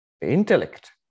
Intellect